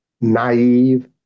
naive